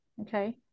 okay